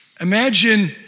Imagine